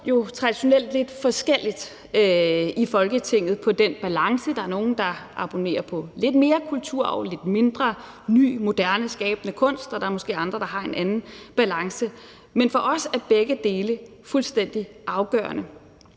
os jo traditionelt lidt forskelligt i Folketinget på den balance. Der er nogle, der abonnerer på lidt mere kulturarv, lidt mindre ny moderne skabende kunst, og der er måske andre, der har en anden balance. Men for os er begge dele fuldstændig afgørende,